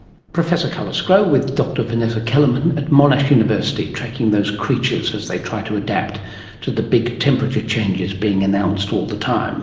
professor carla sgro with dr vanessa kellerman at monash university, tracking those creatures as they try to adapt to the big temperature changes being announced all the time